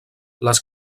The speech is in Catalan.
les